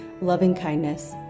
Loving-kindness